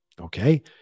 okay